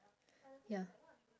ya